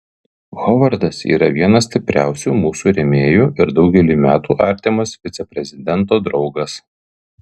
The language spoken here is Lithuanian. hovardas yra vienas stipriausių mūsų rėmėjų ir daugelį metų artimas viceprezidento draugas